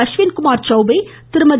Ashwin Kumar Choubey Thirumathi